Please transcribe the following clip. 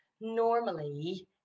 normally